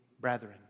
brethren